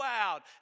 out